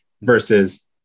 versus